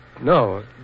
No